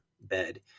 bed